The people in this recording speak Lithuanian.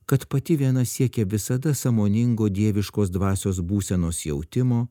kad pati viena siekia visada sąmoningo dieviškos dvasios būsenos jautimo